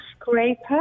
scraper